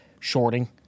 shorting